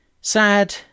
sad